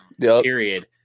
period